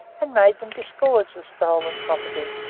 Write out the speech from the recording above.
and made them disgorge the stolen property,